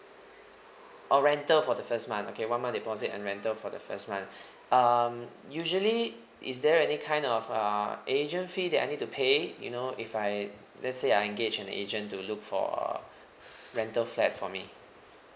oh rental for the first month okay one month deposit and rental for the first month um usually is there any kind of uh agent fee that I need to pay you know if I let's say I engage an agent to look for uh rental flat for me